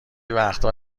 وقتها